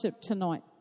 tonight